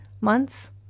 months